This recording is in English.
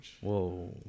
Whoa